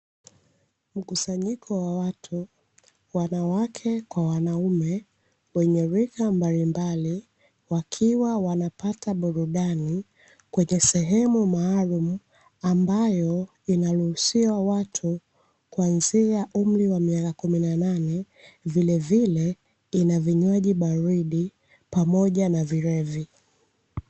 Mkusanyiko wa watu wanawake kwa wanaume wenye rika mbalimbali, wakiwa wanapata burudani kwenye sehemu maalumu, ambayo inaruhusiwa watu kuanzia umri wa miaka kumi na nane; vilevile ina vinywaji baridi pamoja na vilevi.